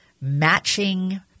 matching